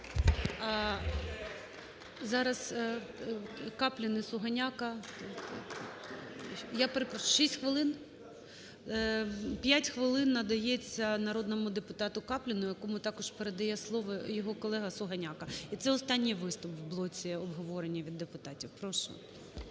Зараз Каплін і Сугоняко. Я перепрошую, 6 хвилин? П'ять хвилин надається народному депутату Капліну, якому також передає слово його колега Сугоняко. Це останній виступ в блоці обговорення від депутатів. Прошу.